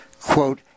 quote